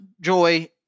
joy